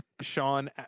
sean